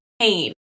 pain